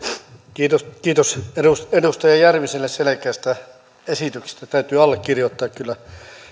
kiitos kiitos edustaja järviselle selkeästä esityksestä täytyy allekirjoittaa kyllä